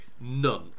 None